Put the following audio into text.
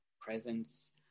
presence